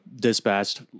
dispatched